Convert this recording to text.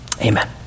Amen